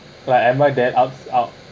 like I'm like that I'll I'll